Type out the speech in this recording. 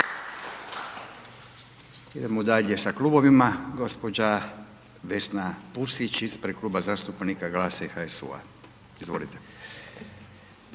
Idemo dalje sa klubovima. Gđa. Vesna Pusić ispred Kluba zastupnika GLAS-a i HSU-a, izvolite.